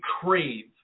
crave